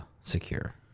secure